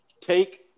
Take